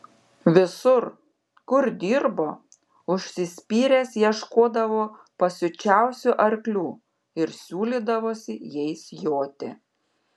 visur kur dirbo užsispyręs ieškodavo pasiučiausių arklių ir siūlydavosi jais joti